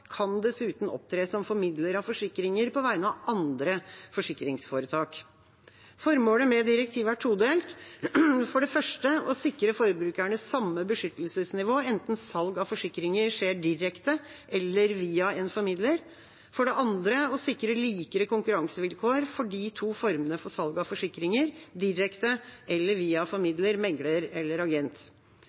kan dessuten opptre som formidler av forsikringer på vegne av andre forsikringsforetak. Formålet med direktivet er todelt, for det første å sikre forbrukerne samme beskyttelsesnivå enten salg av forsikringer skjer direkte eller via en formidler, for det andre å sikre likere konkurransevilkår for de to formene for salg av forsikringer, direkte eller via formidler, megler eller agent.